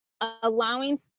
allowing